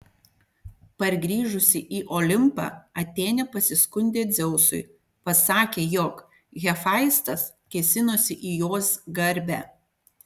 pargrįžusi į olimpą atėnė pasiskundė dzeusui pasakė jog hefaistas kėsinosi į jos garbę